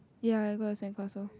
ya I got a sandcastle